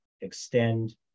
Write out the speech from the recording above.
extend